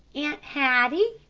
aunt hattie,